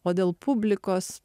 o dėl publikos